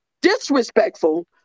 disrespectful